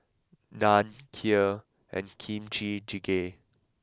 Naan Kheer and Kimchi Jjigae